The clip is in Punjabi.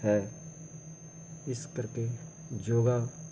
ਹੈ ਇਸ ਕਰਕੇ ਯੋਗਾ